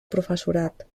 professorat